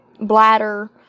bladder